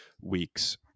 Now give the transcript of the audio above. weeks